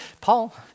Paul